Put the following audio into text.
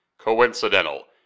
Coincidental